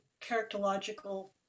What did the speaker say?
characterological